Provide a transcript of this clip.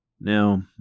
Now